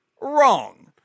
Wrong